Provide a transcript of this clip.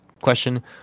question